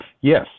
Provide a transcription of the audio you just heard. Yes